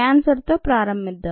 cancer తో ప్రారంభిద్దాం